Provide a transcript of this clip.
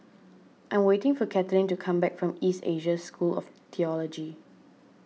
I'm waiting for Kathleen to come back from East Asia School of theology